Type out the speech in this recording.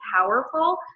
powerful